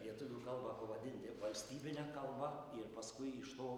lietuvių kalbą pavadinti valstybine kalbą ir paskui iš to